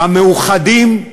המאוחדים,